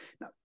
now